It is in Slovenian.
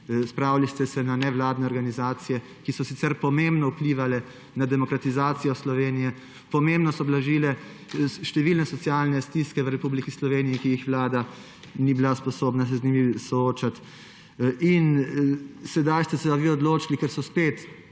Spravili ste se na nevladne organizacije, ki so sicer pomembno vplivale na demokratizacijo Slovenije. Pomembno so blažile številne socialne stiske v Republiki Sloveniji, s katerimi se vlada ni bila sposobna soočati. In sedaj ste se pa vi odločili –gre